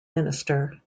minister